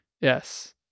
Yes